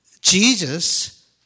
Jesus